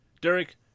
derek